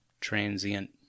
transient